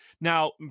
Now